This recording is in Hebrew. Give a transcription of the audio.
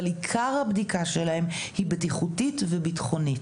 אבל עיקר הבדיקה שלהם היא בטיחותית וביטחונית.